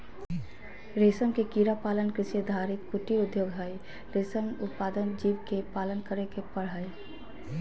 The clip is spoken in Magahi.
रेशम के कीड़ा पालन कृषि आधारित कुटीर उद्योग हई, रेशम उत्पादक जीव के पालन करे के पड़ हई